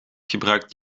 gebruikt